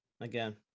again